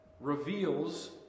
Reveals